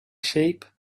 sheep